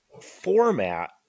format